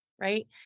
right